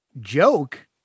joke